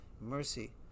mercy